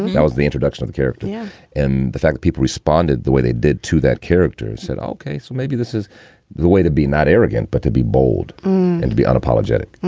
that was the introduction of the character. yeah and the fact people responded the way they did to that, characters said, ok, so maybe this is the way to be not arrogant, but to be bold and be unapologetic